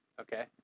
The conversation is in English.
Okay